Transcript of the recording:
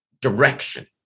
direction